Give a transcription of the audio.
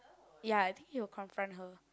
ya I think he will confront her